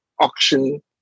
auction